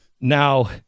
Now